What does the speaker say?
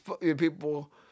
people